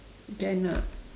can ah